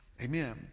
Amen